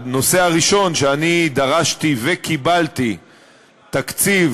הנושא הראשון שאני דרשתי וקיבלתי תקציב